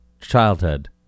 childhood